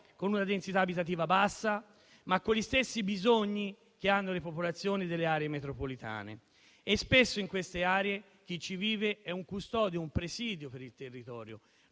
hanno densità abitativa bassa, ma con gli stessi bisogni che hanno le popolazioni delle aree metropolitane e spesso chi in esse vive è un custode o un presidio per il territorio.